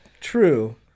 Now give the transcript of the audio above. true